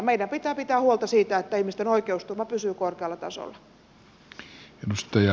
meidän pitää pitää huolta siitä että ihmisten oikeusturva pysyy korkealla tasolla